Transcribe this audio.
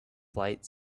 flight